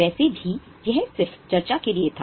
वैसे भी यह सिर्फ चर्चा के लिए था